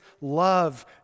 love